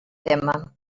tema